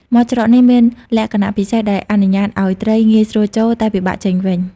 មាត់ច្រកនេះមានលក្ខណៈពិសេសដែលអនុញ្ញាតឲ្យត្រីងាយស្រួលចូល តែពិបាកចេញវិញ។